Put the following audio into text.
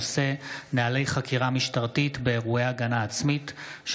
הכנסת עמית הלוי בנושא: נוהלי חקירה משטרתית באירועי הגנה עצמית.